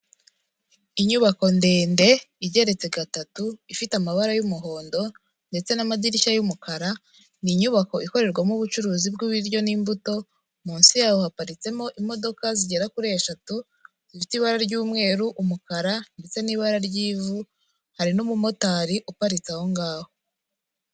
Inyubako ndende igeretse gatatu ifite amabara y'umuhondo ndetse n'amadirishya y'umukara, ni inyubako ikorerwamo ubucuruzi bw'ibiryo n'imbuto, munsi yaho haparitsemo imodoka zigera kuri eshatu, zifite ibara ry'umweru, umukara ndetse n'ibara ry'ivu, hari n'umumotari uparitse aho ngaho.